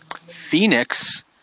Phoenix